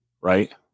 right